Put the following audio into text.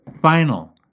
final